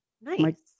Nice